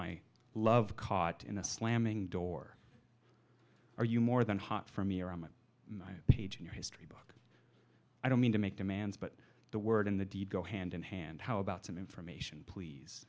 my love caught in a slamming door are you more than hot for me or my age and your history i don't mean to make demands but the word and the deed go hand in hand how about some information please